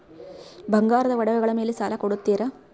ಬಂಗಾರದ ಒಡವೆಗಳ ಮೇಲೆ ಸಾಲ ಕೊಡುತ್ತೇರಾ?